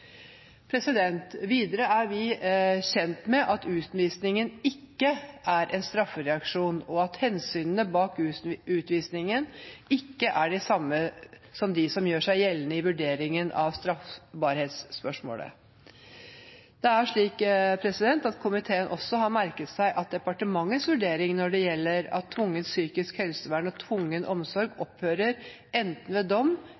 Videre er vi kjent med at utvisning ikke er en straffereaksjon, og at hensynene bak utvisning ikke er de samme som de som gjør seg gjeldende i vurderingen av straffbarhetsspørsmålet. Det er slik at komiteen også har merket seg departementets vurdering når det gjelder at tvungent psykisk helsevern og tvungen omsorg opphører enten ved dom